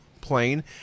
plane